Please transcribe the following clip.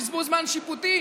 בזבוז זמן שיפוטי.